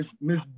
Miss